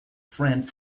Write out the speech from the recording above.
friend